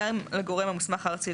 גם לגורם המוסמך הארצי,